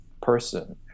person